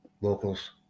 Locals